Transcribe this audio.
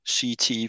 CT